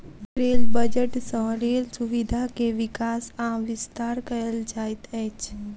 rail budget सँ rail सुविधा के विकास आ विस्तार कयल जाइत अछि